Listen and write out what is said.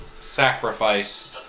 sacrifice